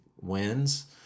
wins